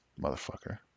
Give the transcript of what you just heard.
motherfucker